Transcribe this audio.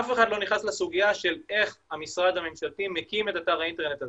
אף אחד לא נכנס לסוגיה של איך המשרד הממשלתי מקים את אתר האינטרנט הזה,